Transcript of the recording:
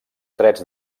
drets